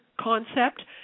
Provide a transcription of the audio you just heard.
concept